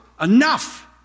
enough